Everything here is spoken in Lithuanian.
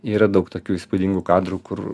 yra daug tokių įspūdingų kadrų kur